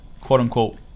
quote-unquote